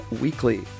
weekly